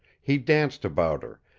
he danced about her,